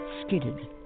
skidded